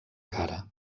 cara